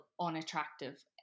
unattractive